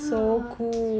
ya